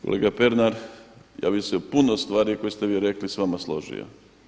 Kolega Pernar, ja bih se u puno stvari koje ste vi rekli s vama složio.